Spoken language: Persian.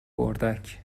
اردک